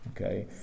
okay